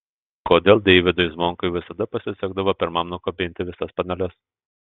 kodėl deivydui zvonkui visada pasisekdavo pirmam nukabinti visas paneles